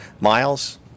Miles